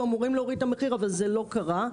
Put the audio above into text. אמורים להוריד את המחיר אבל זה לא קרה.